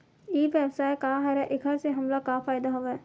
ई व्यवसाय का हरय एखर से हमला का फ़ायदा हवय?